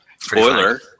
Spoiler